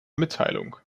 mitteilung